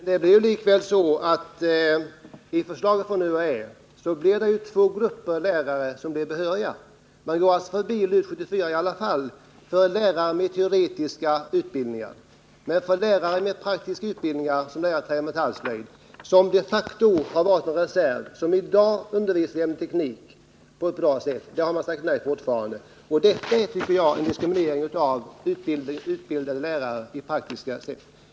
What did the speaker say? Herr talman! Det är likväl så att enligt förslaget från UHÄ var det två grupper lärare som blev behöriga. Man går alltså förbi LUT 74 ändå för lärare med teoretisk utbildning. För lärare med praktisk utbildning, alltså lärare i träoch metallslöjd, som de facto har varit en reserv och som i dag undervisar i ämnet teknik på ett bra sätt, har man fortfarande sagt nej. Detta är, tycker jag, en diskriminering av utbildade lärare i praktiska ämnen.